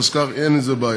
כך שאין עם זה בעיה.